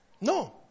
No